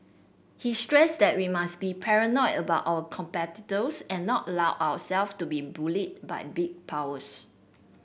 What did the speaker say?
he stressed that we must be paranoid about our competitors and not allow ourself to be bullied by big powers